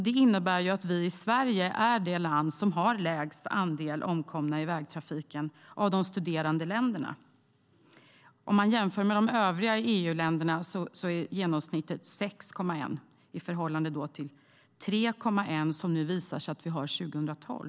Det innebär att Sverige är det land som har lägst andel omkomna i vägtrafiken av de studerade länderna. Om man jämför med de övriga EU-länderna är genomsnittet 6,1 i förhållande till de 3,1 som det visat sig att vi har 2012.